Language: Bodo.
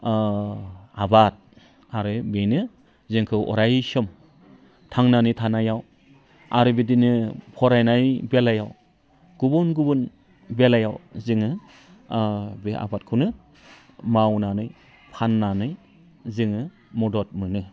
आबाद आरो बेनो जोंखौ अराय सम थांनानै थानायाव आरो बिदिनो फरायनाय बेलायाव गुबुन गुबुन बेलायाव जोङो बे आबादखौनो मावनानै फाननानै जोङो मदद मोनो